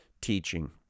teaching